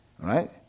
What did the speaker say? right